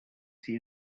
see